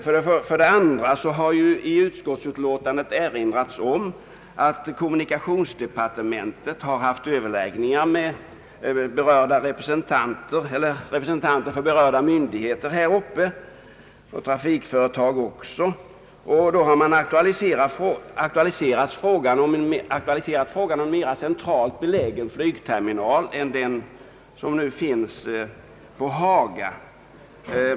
Utskottsutlåtandet har även erinrat om att kommunikationsdepartementet har Ööverlagt med representanter för berörda myndigheter och trafikföretag. Då har man aktualiserat frågan om en mera centralt belägen flygterminal än den som nu finns på Haga.